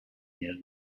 near